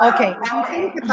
okay